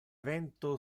vento